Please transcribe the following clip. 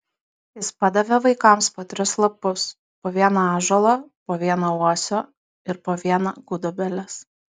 jis padavė vaikams po tris lapus po vieną ąžuolo po vieną uosio ir po vieną gudobelės